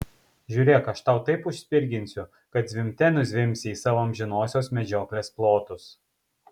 žiūrėk aš tau taip užspirginsiu kad zvimbte nuzvimbsi į savo amžinosios medžioklės plotus